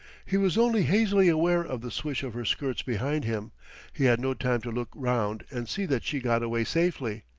he was only hazily aware of the swish of her skirts behind him he had no time to look round and see that she got away safely.